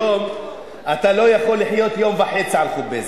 היום אתה לא יכול לחיות יום וחצי על חוביזה.